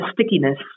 stickiness